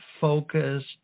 focused